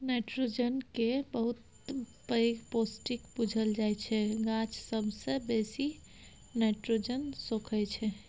nitrogen केँ बहुत पैघ पौष्टिक बुझल जाइ छै गाछ सबसँ बेसी नाइट्रोजन सोखय छै